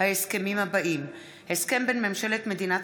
ההסכמים האלה: הסכם בין ממשלת מדינת